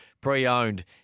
pre-owned